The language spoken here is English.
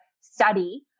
study